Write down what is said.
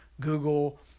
Google